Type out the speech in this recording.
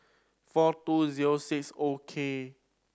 four two zero six O K